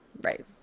Right